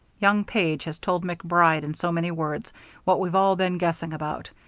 young page has told macbride in so many words what we've all been guessing about,